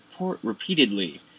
repeatedly